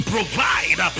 provide